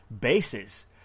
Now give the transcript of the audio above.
bases